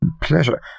Pleasure